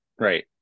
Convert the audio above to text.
right